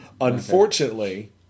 Unfortunately